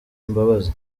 imbabazi